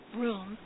room